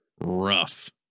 rough